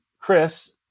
chris